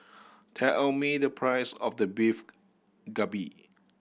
tell me the price of the Beef Galbi